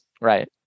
Right